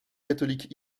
catholique